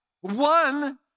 One